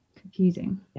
confusing